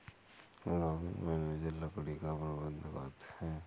logging manager लकड़ी का प्रबंधन करते है